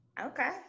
Okay